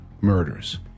murders